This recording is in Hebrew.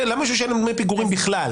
למה שישלם דמי פיגורים בכלל?